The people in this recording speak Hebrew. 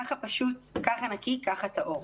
ככה פשוט, ככה נקי, ככה טהור.